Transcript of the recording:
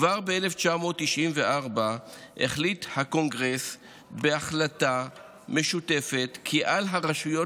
כבר ב-1994 החליט הקונגרס בהחלטה משותפת כי על הרשויות